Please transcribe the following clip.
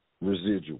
residual